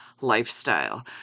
lifestyle